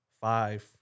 five